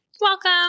Welcome